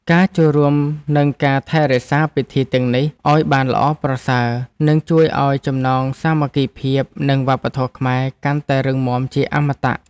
ការចូលរួម និងការថែរក្សាពិធីទាំងនេះឱ្យបានល្អប្រសើរ នឹងជួយឱ្យចំណងសាមគ្គីភាពនិងវប្បធម៌ខ្មែរកាន់តែរឹងមាំជាអមតៈ។